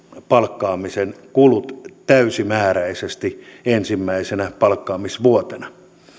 palkkaamisen kulut täysimääräisesti ensimmäisenä palkkaamisvuotena